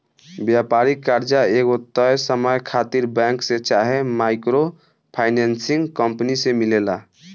व्यापारिक कर्जा एगो तय समय खातिर बैंक से चाहे माइक्रो फाइनेंसिंग कंपनी से मिलेला